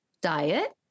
diet